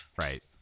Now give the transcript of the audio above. Right